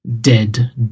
Dead